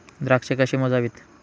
द्राक्षे कशी मोजावीत?